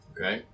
Okay